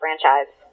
franchise